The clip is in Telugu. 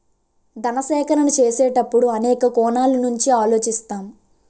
ధన సేకరణ చేసేటప్పుడు అనేక కోణాల నుంచి ఆలోచిస్తాం